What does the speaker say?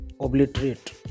obliterate